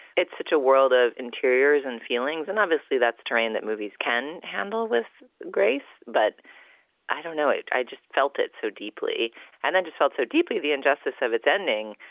it's such a world of interiors and feelings. and obviously that's terrain that movies can handle with grace but i don't know it. i just felt it so deeply and then just felt so deeply the injustice of its ending,